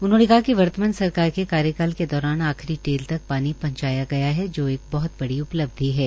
उन्होंने कहा कि वर्तमान सरकार के कार्यकाल के दौरान आखिरी टेल तक पानी पहुंचाया गया है जो एक बहत बड़ी उपलब्धिहै